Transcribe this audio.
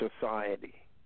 society